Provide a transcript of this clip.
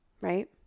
right